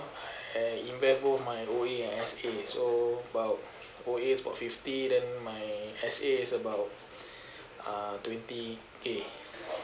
in both my O_A and S_A so about O_A is about fifty then my S_A is about uh twenty K